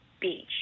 beach